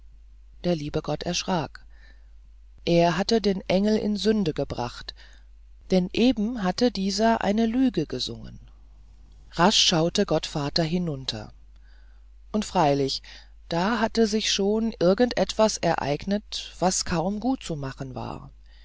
der liebe gott erschrak er hatte den engel in sünde gebracht denn eben hatte dieser eine lüge gesungen rasch schaute gottvater hinunter und freilich da hatte sich schon irgend etwas ereignet was kaum gutzumachen war